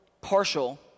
partial